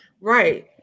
Right